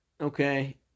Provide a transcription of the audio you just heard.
Okay